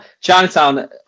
Chinatown